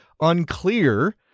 unclear